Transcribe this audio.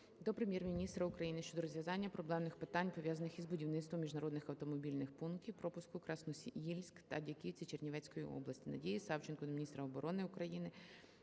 до Прем'єр-міністра України щодо розв'язання проблемних питань пов'язаних із будівництвом міжнародних автомобільних пунктів пропуску "Красноїльск" та "Дяківці" Чернівецької області. Надії Савченко до міністра оборони України